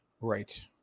Right